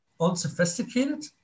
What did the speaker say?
unsophisticated